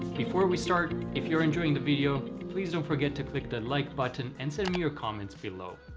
before we start, if you're enjoying the video please don't forget to click the like button and send me your comments below.